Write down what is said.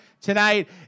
tonight